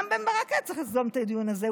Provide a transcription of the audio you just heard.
רם בן ברק היה צריך ליזום את הדיון הזה.